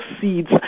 seeds